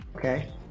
Okay